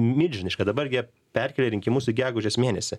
milžiniška dabar gi perkėlė rinkimus į gegužės mėnesį